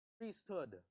priesthood